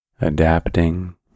adapting